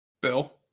Bill